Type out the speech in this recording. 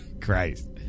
Christ